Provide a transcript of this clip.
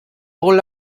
all